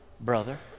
brother